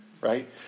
right